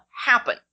happen